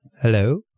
hello